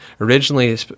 originally